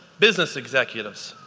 business executives,